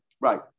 Right